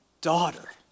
daughter